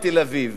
בתל-אביב